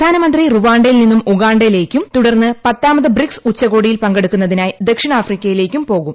പ്രധാനമന്ത്രി റുവാണ്ടയിൽ നിന്നും ഉഗാണ്ടയിലേക്കും തുടർന്ന് പത്താമത് ബ്രിക്സ് ഉച്ചകോടിയിൽ പങ്കെടുക്കാന്റായി ദ്ദ്ക്ഷിണാഫ്രിക്കയിലേക്കും പോകും